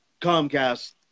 comcast